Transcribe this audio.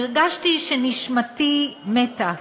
הרגשתי שנשמתי מתה.